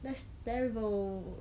that's terrible